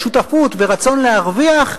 שותפות ורצון להרוויח,